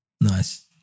Nice